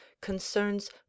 concerns